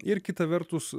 ir kita vertus